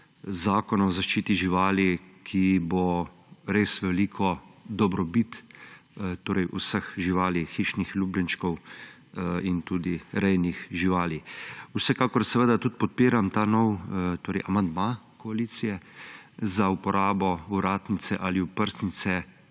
zakona o zaščiti živali, ki bo res velika dobrobit vseh živali, hišnih ljubljenčkov in tudi rejnih živali. Vsekakor tudi podpiram ta nov amandma koalicije za uporabo ovratnice ali oprsnice